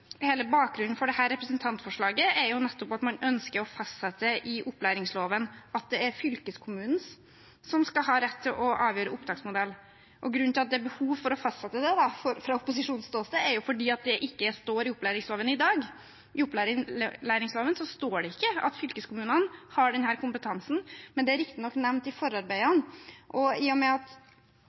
man ønsker å fastsette i opplæringsloven at det er fylkeskommunen som skal ha rett til å avgjøre opptaksmodell. Og grunnen til at det er behov for å fastsette det, fra opposisjonens ståsted, er jo at det ikke står i opplæringsloven i dag. I opplæringsloven står det ikke at fylkeskommunen har denne kompetansen, men det er riktignok nevnt i forarbeidene. I og med at